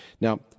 Now